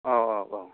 अ अ औ